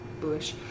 bush